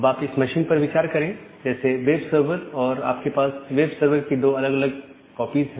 अब आप इस मशीन पर विचार करें जैसे वेब सर्वर और आपके पास वेब सर्वर की दो अलग अलग अलग कॉपीज है